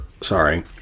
sorry